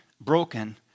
broken